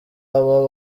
aba